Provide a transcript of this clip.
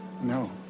No